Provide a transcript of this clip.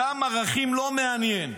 אותם ערכים לא מעניינים.